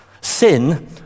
Sin